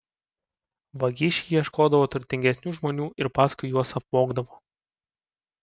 vagišiai ieškodavo turtingesnių žmonių ir paskui juos apvogdavo